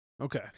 Okay